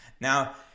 Now